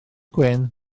gwyn